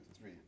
three